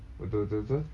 betul betul betul